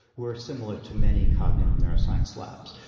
we're similar to many cognitive neuroscience labs.